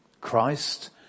Christ